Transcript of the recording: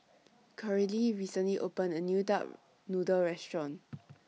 Coralie recently opened A New Duck Noodle Restaurant